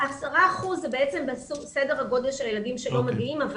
10 אחוזים זה סדר הגודל של הילדים שלא מגיעים אבל